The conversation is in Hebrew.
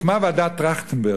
הוקמה ועדת-טרכטנברג,